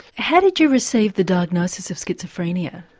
how did you receive the diagnosis of schizophrenia,